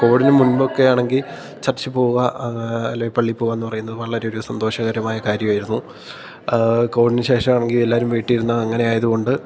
കോവിഡിനു മുൻപൊക്കെ ആണെങ്കിൽ ചർച്ചിൽ പോവാം അല്ലെങ്കിൽ പള്ളിയിൽപ്പോവുകയെന്ന് പറയുന്നത് വളരെയൊരു സന്തോഷകരമായ കാര്യമായിരുന്നു കോവിഡിനു ശേഷമാണെങ്കിൽ എല്ലാവരും വീട്ടിൽ ഇരുന്ന് അങ്ങനെയായതുകൊണ്ട്